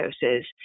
doses